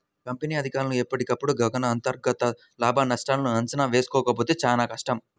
company అధికారులు ఎప్పటికప్పుడు గనక అంతర్గతంగా లాభనష్టాల అంచనా వేసుకోకపోతే చానా కష్టం